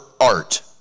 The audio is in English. art